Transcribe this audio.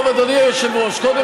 עכשיו הם רוצים